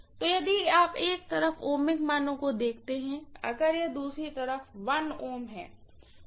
तो यदि आप एक तरफ ओमिक मानों को देखते हैं अगर यह दूसरी तरफ Ω है तो यह Ω होगा